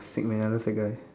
sick man I love the guy